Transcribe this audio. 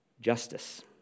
justice